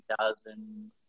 2000